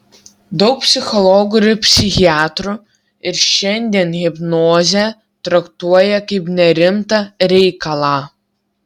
daug psichologų ir psichiatrų ir šiandien hipnozę traktuoja kaip nerimtą reikalą